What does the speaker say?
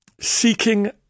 seeking